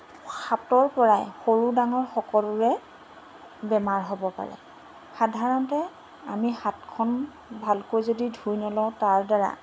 হাতৰপৰাই সৰু ডাঙৰ সকলোৰে বেমাৰ হ'ব পাৰে সাধাৰণতে আমি হাতখন ভালকৈ যদি ধুই নলওঁ তাৰদ্বাৰা